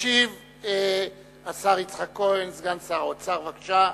ישיב השר יצחק כהן, סגן שר האוצר, בבקשה.